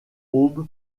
aube